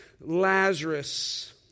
Lazarus